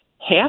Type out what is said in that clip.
half